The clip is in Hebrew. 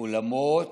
אולמות,